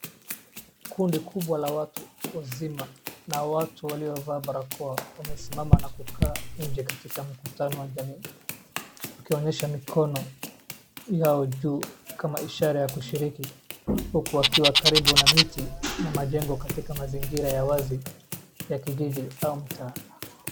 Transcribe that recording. Kundi kubwa la watu wazima na watu waliovaa barakoa, wamesimama na kukaa nje katika mkutano wa jamii wakionyesha mikono yao juu kama ishara yakushiriki huku wakiwa karibu na miti na majengo katika mazingira ya wazi ya kijiji ama mtaa.